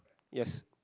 yes